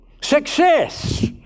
Success